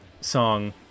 song